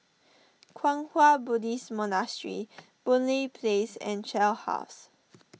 Kwang Hua Buddhist Monastery Boon Lay Place and Shell House